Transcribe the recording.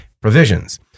provisions